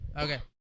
Okay